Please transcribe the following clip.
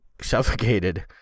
suffocated